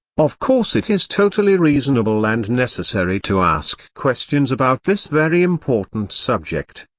of course it is totally reasonable and necessary to ask questions about this very important subject,